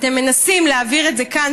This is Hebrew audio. אתם מנסים להעביר את זה כאן,